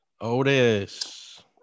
Otis